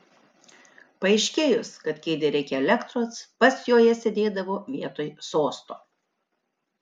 paaiškėjus kad kėdei reikia elektros pats joje sėdėdavo vietoj sosto